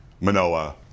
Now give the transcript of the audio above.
Manoa